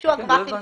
ביקשו הגמ"חים